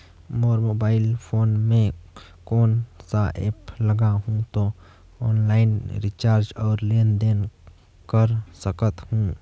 मोर mobile phone मे कोन सा एप्प लगा हूं तो ऑनलाइन रिचार्ज और लेन देन कर सकत हू?